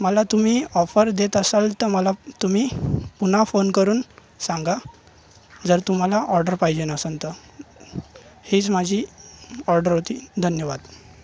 मला तुमी ऑफर देत असाल तर मला तुम्ही पुन्हा फोन करून सांगा जर तुम्हाला ऑर्डर पाहिजे असेल तर हीच माजी ऑर्डर होती धन्यवाद